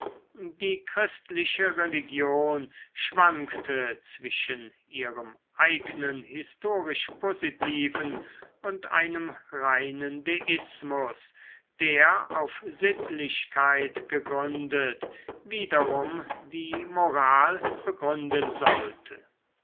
die christliche religion schwankte zwischen ihrem eignen historisch positiven und einem reinen deismus der auf sittlichkeit gegründet wiederum die moral begründen sollte